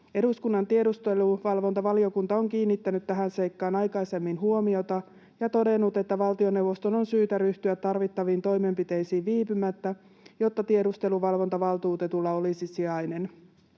Eduskunnan tiedusteluvalvontavaliokunta on kiinnittänyt tähän seikkaan aikaisemmin huomiota ja todennut, että valtioneuvoston on syytä ryhtyä tarvittaviin toimenpiteisiin viipymättä, jotta tiedusteluvalvontavaltuutetulla olisi sijainen.